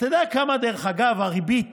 אתה יודע, דרך אגב, כמה הריבית